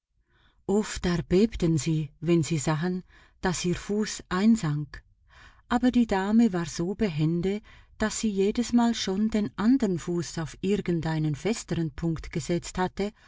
oft erbebten sie wenn sie sahen daß ihr fuß einsank aber die dame war so behende daß sie jedesmal schon den andern fuß auf irgend einen festeren punkt gesetzt hatte